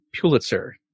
Pulitzer